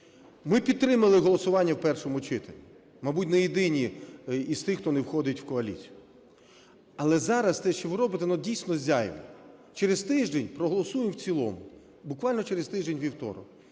Ми підтримали голосування в першому читанні. Мабуть, ми єдині із тих, хто не входить в коаліцію. Але зараз те, що ви робите, воно дійсно зайве. Через тиждень проголосуємо в цілому, буквально через тиждень, у вівторок.